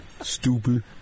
Stupid